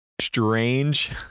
strange